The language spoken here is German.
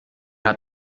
hat